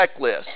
checklist